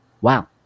Wow